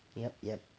yep yep